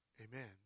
Amen